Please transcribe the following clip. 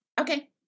Okay